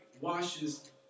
washes